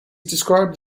described